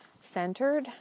centered